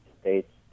States